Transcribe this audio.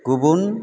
गुबुन